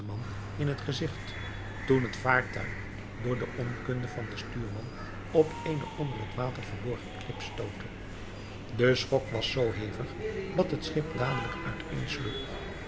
in het gezigt toen het vaartuig door de onkunde van den stuurman op eene onder het water verborgen klip stootte de schok was zoo hevig dat het schip dadelijk